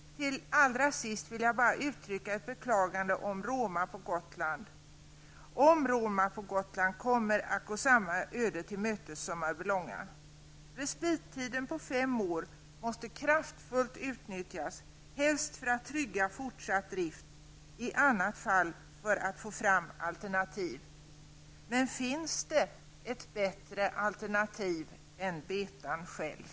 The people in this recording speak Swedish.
Till allra sist vill jag bara beklaga om Roma på Gotland kommer att gå samma öde tillmötes som Mörbylånga. Respittiden på fem år måste kraftfullt utnyttjas, helst för att trygga fortsatt drift, i annat fall för att få fram alternativ. Men finns det ett bättre alternativ än betan själv?